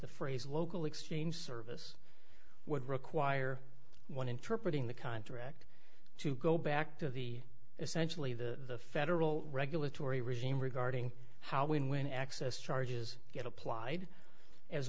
the phrase local exchange service would require one interpret in the contract to go back to the essentially the federal regulatory regime regarding how when when access charges get applied as